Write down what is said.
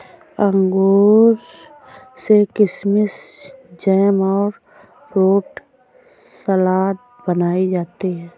अंगूर से किशमिस जैम और फ्रूट सलाद बनाई जाती है